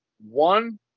One